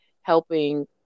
helping